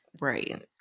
Right